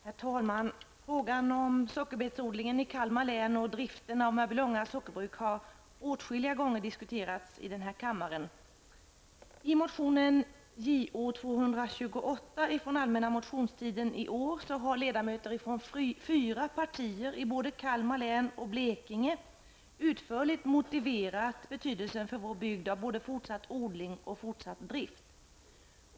Herr talman! Frågan om sockerbetsodlingen i Kalmar län och driften av Mörbylånga sockerbruk har åtskilliga gånger diskuterats i denna kammare. Blekinge utförligt motiverat betydelsen för vår bygd av både fortsatt odling och fortsatt drift.